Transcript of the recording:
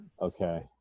Okay